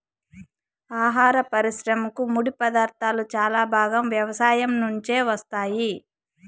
ఆహార పరిశ్రమకు ముడిపదార్థాలు చాలా భాగం వ్యవసాయం నుంచే వస్తాయి